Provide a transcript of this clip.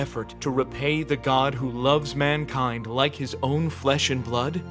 effort to repay the god who loves mankind like his own flesh and blood